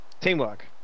Teamwork